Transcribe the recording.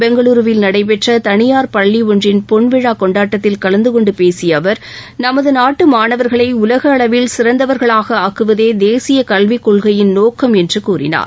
பெங்களுருவில் நடைபெற்ற தனியார் பள்ளி ஒன்றின் பொன்விழா கொண்டாட்டத்தில் கலந்துகொண்டு பேசிய அவர் நமது நாட்டு மாணவர்களை உலகளவில் சிறந்தவர்களாக ஆக்குவதே தேசிய கல்வி கொள்கையின் நோக்கம் என்று கூறினார்